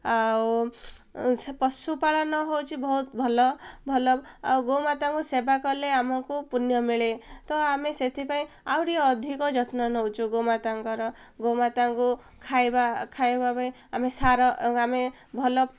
ଆଉ ସେ ପଶୁପାଳନ ହେଉଛି ବହୁତ ଭଲ ଭଲ ଆଉ ଗୋମାତାଙ୍କୁ ସେବା କଲେ ଆମକୁ ପୂଣ୍ୟ ମିଳେ ତ ଆମେ ସେଥିପାଇଁ ଆହୁରି ଅଧିକ ଯତ୍ନ ନେଉଛୁ ଗୋମାତାଙ୍କର ଗୋମାତାଙ୍କୁ ଖାଇବା ଖାଇବା ପାଇଁ ଆମେ ସାର ଆମେ ଭଲ